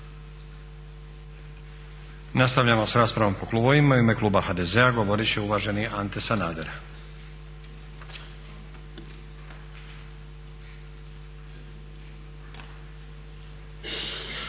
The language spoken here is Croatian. Nastavljamo sa raspravom po klubovima. U ime kluba HDZ-a govorit će uvaženi Ante Sanader.